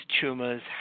tumors